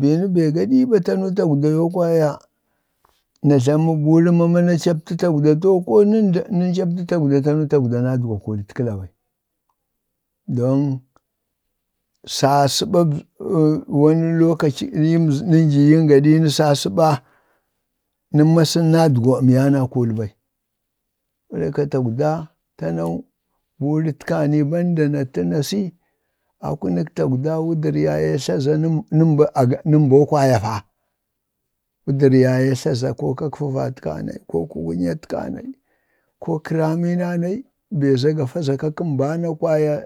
bini bee gaɗii ɓana tagwda yoo kwaya na tlami buri mama na capti tagwda to koo nən da nən capta tagwda, tagwda tanuu nadgwu kulitkəla bai don sasi ɓa wani lokaci nən nənjii yim gaɗi nə sasi ba nəmmasən nadgwak kəmnya na kuli ɓai. saboda haka tanau tagwda ɓuritkanai banda na ti na si, akunək tagwda wujar yaye nemboo nəmba kwaya fa, wujar yaye tla ko kak fəvatkanai ko kaŋ wunyatka nai ko kəramina nai, be za gafa kak kəmbana kwaya,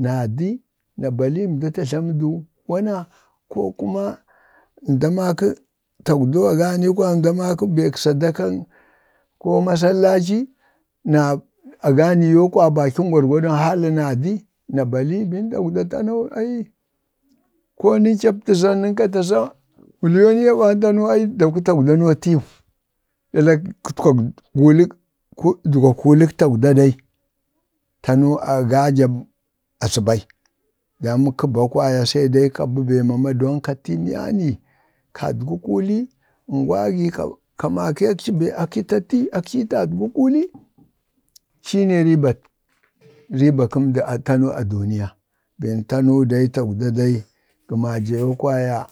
na di, na bali nda ta tlamədu wana ko kuma mda maka tagwoo agani kwaya, koo nda maka be beŋ sadakaŋ masallaci, na aganii yoo kwabakili gwargwadon hali na di, na ball bin tagwda tanau aii ko nən vapta za nən kataza milyoniya ɓani tanu ai daku tagwda nootiyu, ɗalak kalək, ədgwak kulək tagwda dai tanu agaja aza bai kə ba kwaya sedai ka tiiəmnya ni, kadgwu kuli ngwa gi ka-ka makəkci be akci, ta ti, akci yii tadgwo kuli, shine ribak, riba kəmdi tanu a duniya bin tanu dai, tagwda dai gəma ja yoo kwaya,